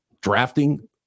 drafting